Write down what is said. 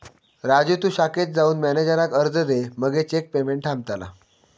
राजू तु शाखेत जाऊन मॅनेजराक अर्ज दे मगे चेक पेमेंट थांबतला